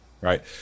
Right